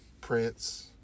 prints